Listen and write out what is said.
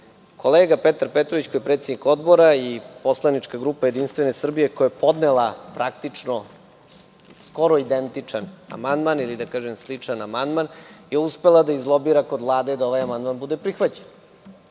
Kolega Petar Petrović, koji je predsednik Odbora, i poslanička grupa Jedinstvene Srbije, koja je praktično podnela skoro identičan amandman ili sličan amandman, je uspela da izlobira kod Vlade da ovaj amandman bude prihvaćen.